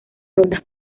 rondas